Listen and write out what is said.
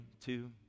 Two